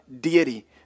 deity